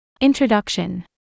Introduction